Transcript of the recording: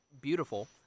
beautiful